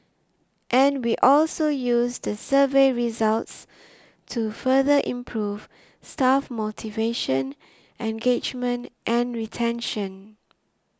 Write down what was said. and we also use the survey results to further improve staff motivation engagement and retention